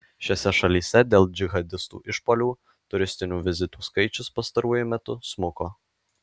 šiose šalyse dėl džihadistų išpuolių turistinių vizitų skaičius pastaruoju metu smuko